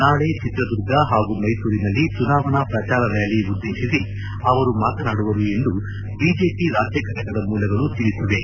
ನಾಳೆ ಚಿತ್ರದುರ್ಗ ಹಾಗೂ ಮೈಸೂರಿನಲ್ಲಿ ಚುನಾವಣಾ ಪ್ರಚಾರ ರ್ಕಾಲಿ ಉದ್ದೇಶಿಸಿ ಅವರು ಮಾತನಾಡುವರು ಎಂದು ಬಿಜೆಪಿ ರಾಜ್ಲ ಫೆಟಕದ ಮೂಲಗಳು ತಿಳಿಸಿವೆ